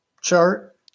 chart